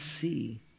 see